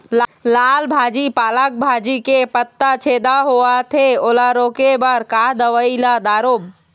लाल भाजी पालक भाजी के पत्ता छेदा होवथे ओला रोके बर का दवई ला दारोब?